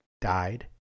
died